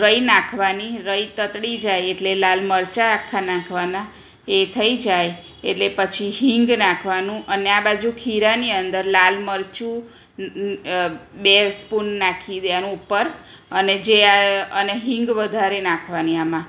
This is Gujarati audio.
રાઈ નાખવાની રાઈ તતડી જાય એટલે લાલ મરચાં આખ્ખા નાંખવાના એ થઈ જાય એટલે પછી હિંગ નાંખવાનું અને આ બાજુ ખીરાની અંદર લાલમરચું બે સ્પૂન નાંખી દેવાનું ઉપર અને જે આ અને હિંગ વઘારી નાંખવાની આમાં